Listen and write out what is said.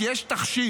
כי יש תחשיב.